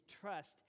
trust